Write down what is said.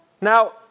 Now